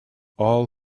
all